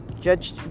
judge